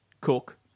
cook